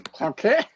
Okay